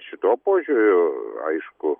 šituo požiūriu aišku